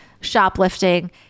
Shoplifting